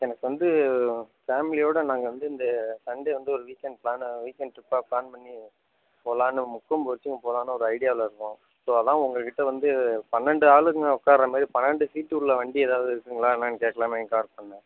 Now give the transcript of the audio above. எனக்கு வந்து ஃபேமலியோட நாங்கள் வந்து இந்த சண்டே வந்து ஒரு வீக்கண்ட் பிளான்னு வீக்கண்ட் ட்ரிப்பாக பிளான் பண்ணி போகலான்னு முக்கொம்பு வரைக்கும் போகலான்னு ஒரு ஐடியாவிலருக்கோம் ஸோ அதான் உங்கள் கிட்ட வந்து பன்னென்டு ஆளுங்க உக்கார்றாமாதிரி பன்னென்டு சீட்டு உள்ள வண்டி எதாவது இருக்குங்களா என்னான்னு கேட்லாமேன்னு கால் பண்ணன்